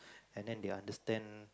and then they understand